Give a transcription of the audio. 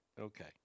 Okay